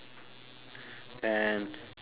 and